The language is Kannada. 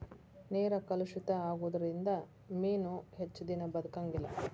ನೇರ ಕಲುಷಿತ ಆಗುದರಿಂದ ಮೇನು ಹೆಚ್ಚದಿನಾ ಬದಕಂಗಿಲ್ಲಾ